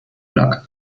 luck